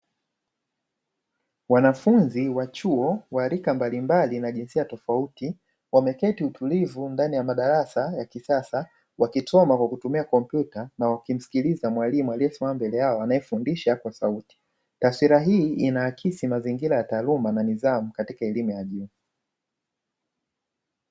Wanafunzi wa chuo wa rika mbalimbali na jinsia tofauti, wameketi utulivu ndani ya madarasa ya kisasa wakisoma kwa kutumia kompyuta na wakimsikiliza mwalimu aliyesimama mbele yao anayefundisha kwa sauti. Taswira hii inaakisi mazingira ya taaluma na nidhamu katika elimu ya juu .